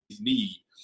need